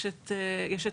ויש את הנציבות,